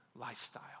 lifestyle